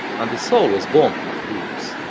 and his soul was born form the blues.